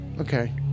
Okay